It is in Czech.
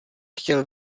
chtěl